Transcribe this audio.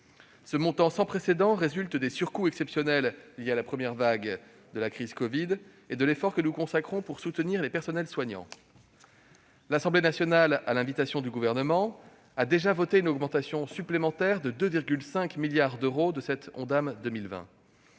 Ce montant, sans précédent, résulte des surcoûts exceptionnels liés à la première vague de la crise covid et de l'effort que nous consacrons pour soutenir les personnels soignants. L'Assemblée nationale, à l'invitation du Gouvernement, a déjà voté une augmentation supplémentaire de 2,5 milliards d'euros de cet Ondam 2020.